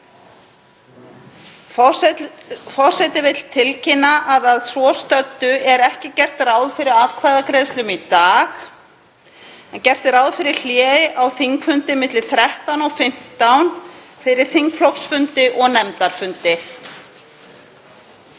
Forseti vill tilkynna að að svo stöddu er ekki gert ráð fyrir atkvæðagreiðslum í dag en gert er ráð fyrir hlé á þingfundi milli klukkan 13 og 15 fyrir þingflokksfundi og nefndafundi.